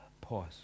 Pause